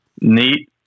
neat